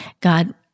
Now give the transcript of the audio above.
God